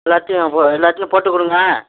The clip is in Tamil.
எல்லாத்தையும் எல்லாத்தையும் போட்டுக்கொடுங்க